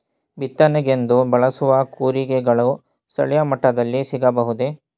ಬಿತ್ತನೆಗೆಂದು ಬಳಸುವ ಕೂರಿಗೆಗಳು ಸ್ಥಳೀಯ ಮಟ್ಟದಲ್ಲಿ ಸಿಗಬಹುದೇ?